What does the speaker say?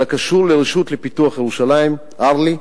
אלא קשור לרשות לפיתוח ירושלים, הרל"י,